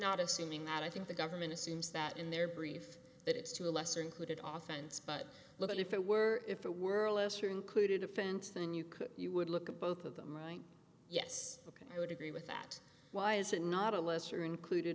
not assuming that i think the government assumes that in their brief that it's to a lesser included oftens but look at if it were if there were a lesser included offense than you could you would look at both of them right yes ok i would agree with that why is it not a lesser included